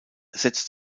setzt